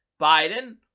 Biden